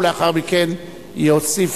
ולאחר מכן יוסיף,